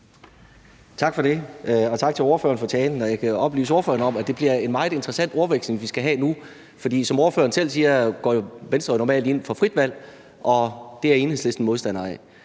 Tak for det, og tak til ordføreren for talen. Jeg kan oplyse ordføreren om, at det bliver en meget interessant ordveksling, vi skal have nu, for som ordføreren selv siger, går Venstre jo normalt ind for frit valg, mens Enhedslisten er modstander af